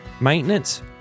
maintenance